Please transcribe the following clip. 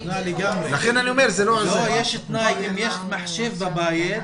אם יש מחשב בבית,